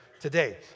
today